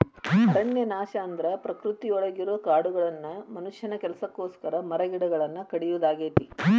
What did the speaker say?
ಅರಣ್ಯನಾಶ ಅಂದ್ರ ಪ್ರಕೃತಿಯೊಳಗಿರೋ ಕಾಡುಗಳನ್ನ ಮನುಷ್ಯನ ಕೆಲಸಕ್ಕೋಸ್ಕರ ಮರಗಿಡಗಳನ್ನ ಕಡಿಯೋದಾಗೇತಿ